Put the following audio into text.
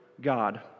God